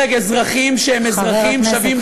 הרג אזרחים שהם אזרחים שווים בדיוק כמוכם.